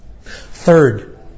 Third